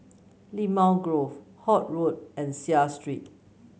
Limau Grove Holt Road and Seah Street